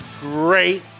great